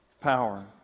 power